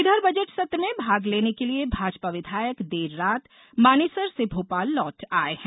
इधर बजट सत्र में भाग लेने के लिए भाजपा विधायक देर रात मानेसर से भोपाल लौट आये हैं